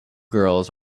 girls